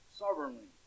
sovereignly